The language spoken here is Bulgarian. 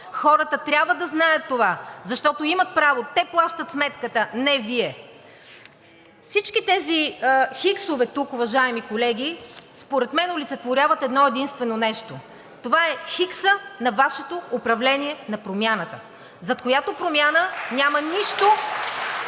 Хората трябва да знаят това, защото имат право – те плащат сметката – не Вие. Всички тези хиксове тук, уважаеми колеги, според мен олицетворяват едно единствено нещо. Това е хиксът на Вашето управление на Промяната, зад която промяна